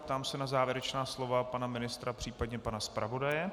Ptám se na závěrečná slova pana ministra, případně pana zpravodaje.